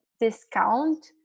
discount